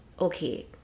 okay